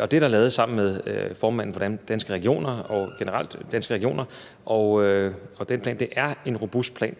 Og det er lavet sammen med formanden for Danske Regioner – og generelt med Danske Regioner – og den plan er en robust plan